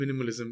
minimalism